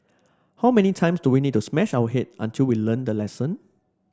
how many times do we need to smash our head until we learn the lesson